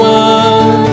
one